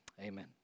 amen